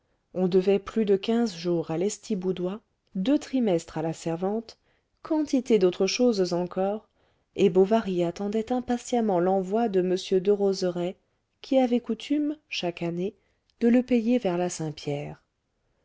on devait plus de quinze jours à lestiboudois deux trimestres à la servante quantité d'autres choses encore et bovary attendait impatiemment l'envoi de m derozerays qui avait coutume chaque année de le payer vers la saint-pierre